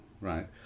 right